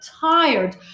tired